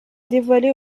dévoilé